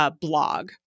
blog